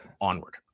onward